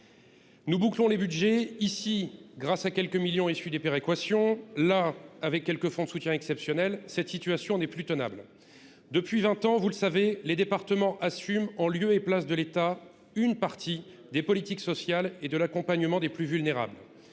Nous bouclons les budgets, ici, grâce à quelques millions d’euros issus des péréquations, là, avec quelques fonds de soutien exceptionnels… Cette situation n’est plus tenable. Depuis vingt ans, vous le savez, les départements assument en lieu et place de l’État une partie des politiques sociales et de l’accompagnement des plus vulnérables.